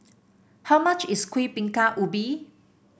how much is Kuih Bingka Ubi